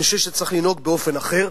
אני חושב שצריך לנהוג באופן אחר.